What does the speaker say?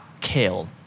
kale